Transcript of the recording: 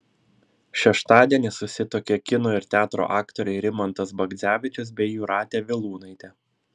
šeštadienį susituokė kino ir teatro aktoriai rimantas bagdzevičius bei jūratė vilūnaitė